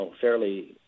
fairly